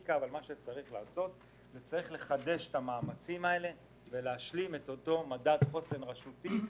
לסטטיסטיקה - מלחדש את המאמצים להשלים את אותו מדד חוסן רשותי.